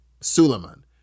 Suleiman